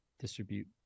distribute